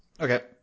Okay